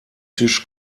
tisch